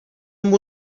amb